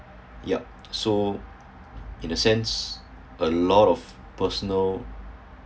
yup so in the sense a lot of personal